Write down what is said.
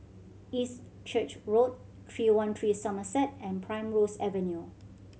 East Church Road Three One Three Somerset and Primrose Avenue